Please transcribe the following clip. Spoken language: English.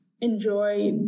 enjoy